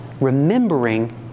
remembering